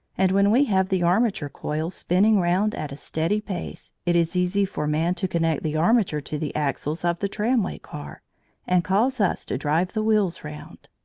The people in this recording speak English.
and when we have the armature coil spinning round at a steady pace, it is easy for man to connect the armature to the axles of the tramway car and cause us to drive the wheels round.